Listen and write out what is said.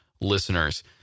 listeners